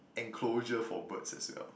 enclosure for birds as well